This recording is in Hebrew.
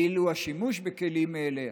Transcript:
ואילו השימוש בכלים אלה,